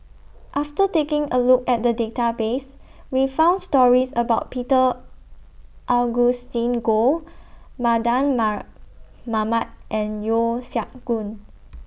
after taking A Look At The Database We found stories about Peter Augustine Goh Mardan Mar Mamat and Yeo Siak Goon